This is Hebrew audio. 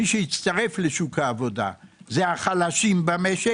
מי שיצטרף לשוק העבודה זה החלשים במשק.